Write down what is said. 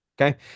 Okay